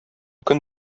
көн